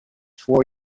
four